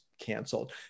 canceled